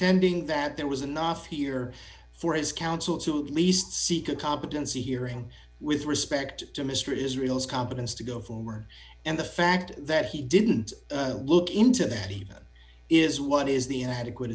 contending that there was enough here for his counsel to least seek a competency hearing with respect to mr israel's competence to go forward and the fact that he didn't look into the people is what is the adequate